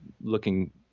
looking